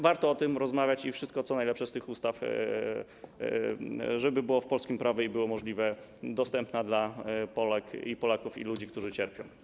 Warto o tym rozmawiać i warto, żeby wszystko, co najlepsze z tych ustaw, było w polskim prawie i było możliwie dostępne dla Polek i Polaków, ludzi, którzy cierpią.